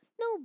No